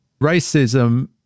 racism